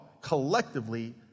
Collectively